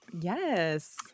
Yes